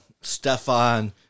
Stefan